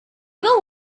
will